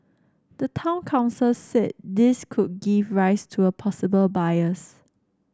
the town council said this could give rise to a possible bias